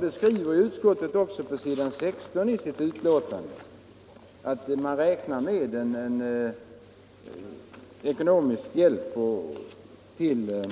Utskottet skriver också på s. 16 i sitt betänkande att utskottet räknar med kostnadskrävande hjälp till